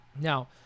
Now